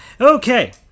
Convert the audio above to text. okay